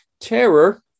Terror